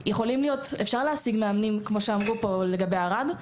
אפשר להשיג מאמנים כמו שאמרו פה לגבי ערד.